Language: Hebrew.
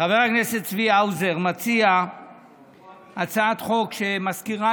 חבר הכנסת צבי האוזר מציע הצעת חוק שמזכירה